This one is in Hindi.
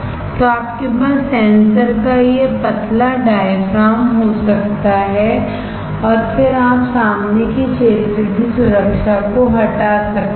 तो आपके पास सेंसर का यह पतला डायाफ्राम हो सकता है और फिर आप सामने के क्षेत्र की सुरक्षा को हटा सकते हैं